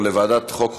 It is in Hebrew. לוועדת החוקה,